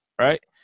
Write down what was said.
right